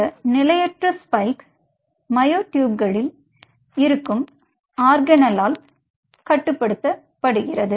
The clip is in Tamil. இந்த நிலையற்ற ஸ்பைக் மயோட்யூப்களில் இருக்கும் ஆர்கானெல்லால் கட்டுப்படுத்தப்படுகிறது